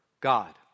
God